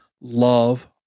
Love